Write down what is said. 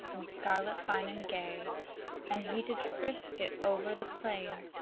in scarlet fine and gay and he did frisk it over the plain,